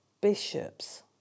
bishops